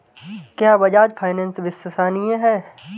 क्या बजाज फाइनेंस विश्वसनीय है?